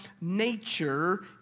nature